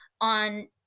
on